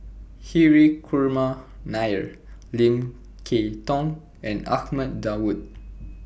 Hri Kumar Nair Lim Kay Tong and Ahmad Daud